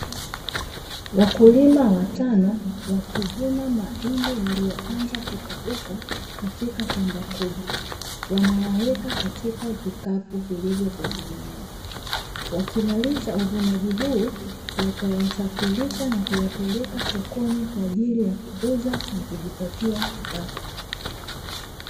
Wakulima watano wakivuna mahindi yaliyoanza kukauka katika shamba kubwa, wanayaweka katika vikapu vilivyo pembeni yao Wakimaliza uvunaji huu watayasafirisha na kuyapeleka sokoni kwa ajili ya kuuza na kujipatia kipato.